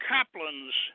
Kaplan's